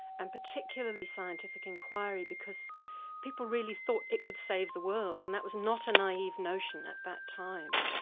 and particularly scientific inquiry because people really thought it could save the world, and that was not a naive notion at that time.